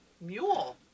Mule